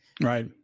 Right